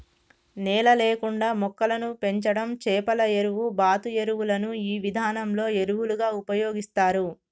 నేల లేకుండా మొక్కలను పెంచడం చేపల ఎరువు, బాతు ఎరువులను ఈ విధానంలో ఎరువులుగా ఉపయోగిస్తారు